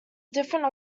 different